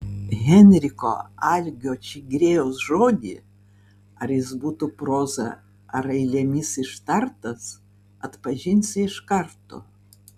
henriko algio čigriejaus žodį ar jis būtų proza ar eilėmis ištartas atpažinsi iš karto